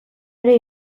ere